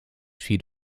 feed